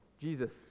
Jesus